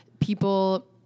people